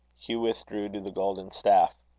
hugh withdrew to the golden staff.